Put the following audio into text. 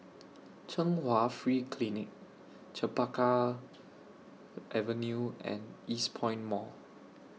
Chung Hwa Free Clinic Chempaka Avenue and Eastpoint Mall